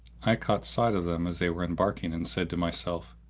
i caught sight of them as they were embarking and said to myself,